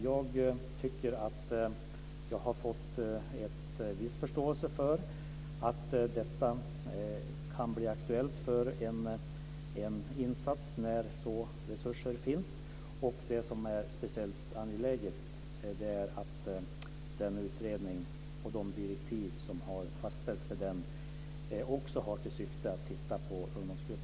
Jag tycker att jag har fått en viss förståelse för att detta kan bli aktuellt för en insats när resurser finns. Det som är speciellt angeläget är att den här utredningen - och det gäller de direktiv som har fastställts för den - också har till syfte att titta på ungdomsgruppen.